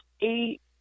eight